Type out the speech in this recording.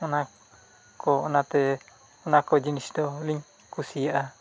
ᱚᱱᱟ ᱠᱚ ᱚᱱᱟᱛᱮ ᱚᱱᱟᱠᱚ ᱡᱤᱱᱤᱥ ᱫᱚᱞᱤᱧ ᱠᱩᱥᱤᱭᱟᱜᱼᱟ